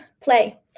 play